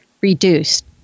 reduced